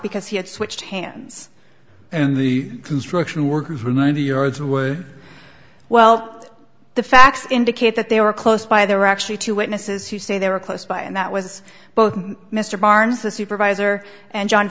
because he had switched hands and the construction workers were ninety year olds were well the facts indicate that they were close by there were actually two witnesses who say they were close by and that was both mr barnes the supervisor and john